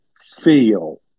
feel